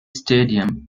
stadium